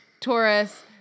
Taurus